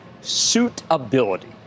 suitability